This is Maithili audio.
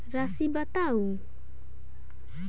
राशि बताउ